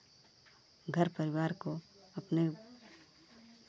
घर परिवार को अपने